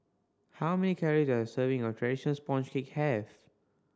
how many calorie does serving of traditional sponge cake have